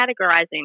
categorizing